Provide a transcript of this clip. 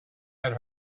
had